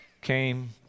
came